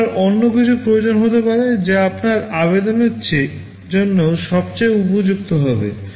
আপনার অন্য কিছু প্রয়োজন হতে পারে যা আপনার আবেদনের জন্য সবচেয়ে উপযুক্ত হবে